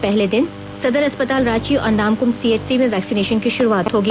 पहले दिन सदर अस्पताल रांची और नामकूम सीएचसी से वैक्सीनेशन की शुरुआत होगी